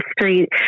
Street